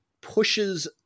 pushes